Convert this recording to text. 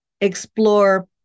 explore